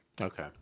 Okay